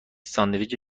ساندویچ